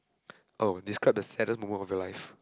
oh describe the saddest moment of your life